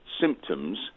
symptoms